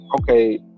okay